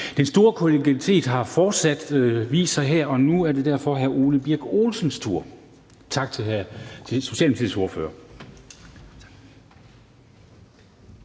Den store kollegialitet har fortsat vist sig her, og nu er det derfor hr. Ole Birk Olesens tur. Tak til Socialdemokratiets ordfører.